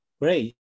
Great